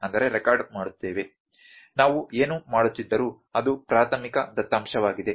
ನಾವು ಏನು ಮಾಡುತ್ತಿದ್ದರೂ ಅದು ಪ್ರಾಥಮಿಕ ದತ್ತಾಂಶವಾಗಿದೆ